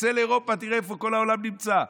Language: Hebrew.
תצא לאירופה, תראה איפה כל העולם נמצא.